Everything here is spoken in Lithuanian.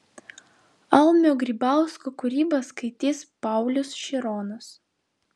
almio grybausko kūrybą skaitys paulius šironas